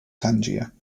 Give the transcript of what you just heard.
tangier